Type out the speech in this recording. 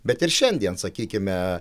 bet ir šiandien sakykime